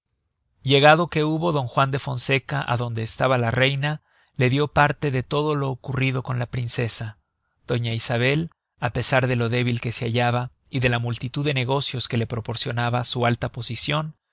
llegado que hubo d juan de fonseca á donde estaba la reina le dió parte de todo lo ocurrido con la princesa doña isabel á pesar de lo débil que se hallaba y de la multitud de negocios que le proporcionaba su alta posicion